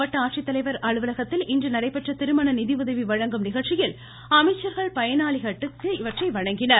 மாவட்ட ஆட்சித்தலைவர் அலுவலகத்தில் இன்று நடைபெற்ற திருமண நிதியுதவி வழங்கும் நிகழ்ச்சியில் அமைச்சர்கள் பயனாளிகளுக்கு இவற்றை வழங்கினார்கள்